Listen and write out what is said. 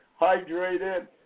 hydrated